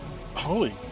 holy